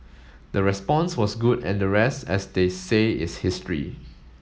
the response was good and the rest as they say is history